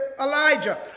Elijah